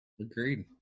Agreed